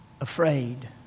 Afraid